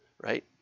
right